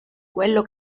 quello